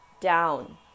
down